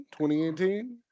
2018